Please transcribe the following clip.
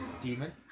Demon